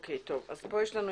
פה יש לנו,